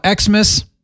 Xmas